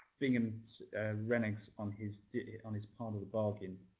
bingham reneges on his on his part of the bargain